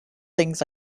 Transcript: things